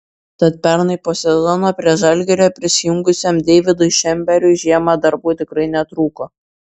tad pernai po sezono prie žalgirio prisijungusiam deividui šemberui žiemą darbų tikrai netrūko